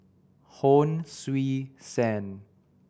Hon Sui Sen